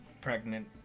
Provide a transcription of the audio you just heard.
pregnant